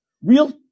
Real